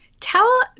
tell